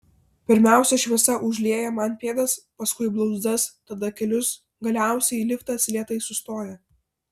pirmiausia šviesa užlieja man pėdas paskui blauzdas tada kelius galiausiai liftas lėtai sustoja